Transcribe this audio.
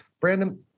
Brandon